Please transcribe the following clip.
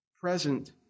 present